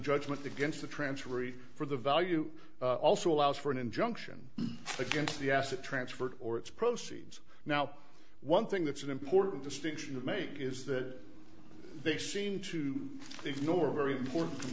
judgment against the transferee for the value also allows for an injunction against the asset transfer or its proceeds now one thing that's an important distinction to make is that they seem to ignore a very important